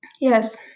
Yes